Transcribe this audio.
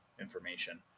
information